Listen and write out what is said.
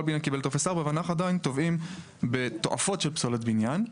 כל בניין קיבל טופס 4 ואנחנו עדיין טובעים בתועפות של פסולת בניין.